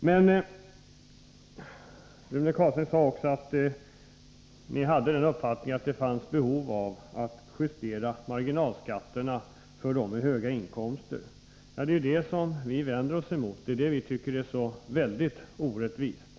Rune Carlstein sade också att socialdemokraterna har uppfattningen att det finns behov av att justera ner marginalskatterna för dem med höga inkomster. Det är det vi vänder oss emot, det är det vi tycker är så väldigt orättvist.